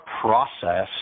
process